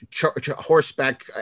horseback